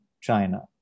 China